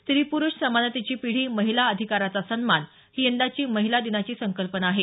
स्त्री प्रुष समानतेची पीढी महिला अधिकाराचा सन्मान ही यंदाची महिला दिनाची संकल्पना आहे